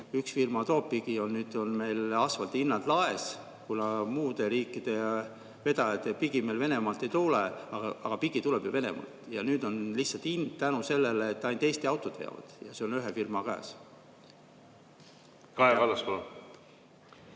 üks firma toob pigi. Nüüd on meil asfaldi hinnad laes, kuna muude riikide vedajate pigi meile Venemaalt ei tule. Aga pigi tuleb ju Venemaalt. Ja nüüd on lihtsalt hind [laes] tänu sellele, et ainult Eesti autod veavad ja see on ühe firma käes. Kaja Kallas,